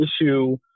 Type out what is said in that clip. issue